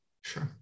Sure